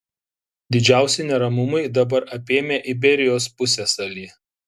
didžiausi neramumai dabar apėmę iberijos pusiasalį